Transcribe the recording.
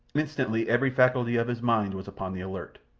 instantly every faculty of his mind was upon the alert.